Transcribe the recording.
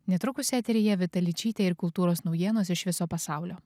netrukus eteryje vita ličytė ir kultūros naujienos iš viso pasaulio